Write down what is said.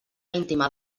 íntima